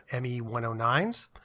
ME-109s